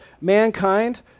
Mankind